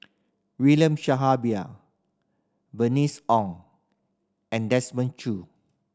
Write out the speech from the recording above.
William Bernice Ong and Desmond Choo